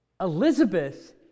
Elizabeth